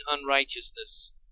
unrighteousness